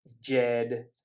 Jed